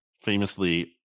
famously